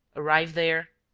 arrived there,